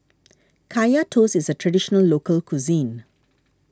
Kaya Toast is a Traditional Local Cuisine